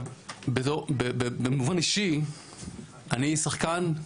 במובן אישי אני שחקן,